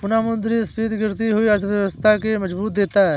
पुनःमुद्रस्फीति गिरती हुई अर्थव्यवस्था के मजबूती देता है